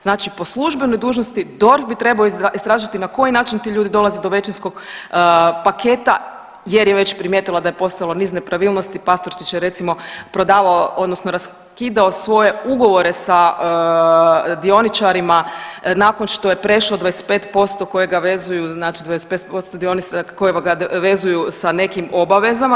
Znači po službenoj dužnosti DORH bi trebao istražiti na koji način ti ljudi dolaze do većinskog paketa jer je već primijetila da je postojalo niz nepravilnosti, Pastorčić je recimo prodavao odnosno raskidao svoje ugovore sa dioničarima nakon što je prešlo 25% koje ga vezuju, znači 25% dionica koje ga vezuju sa nekim obavezama.